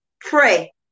Pray